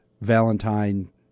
Valentine